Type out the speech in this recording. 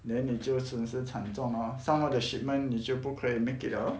then 你就损失惨重哦 some of the shipment 你就不可以 make it liao loh